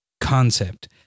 concept